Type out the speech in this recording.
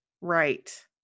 Right